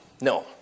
No